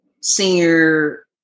senior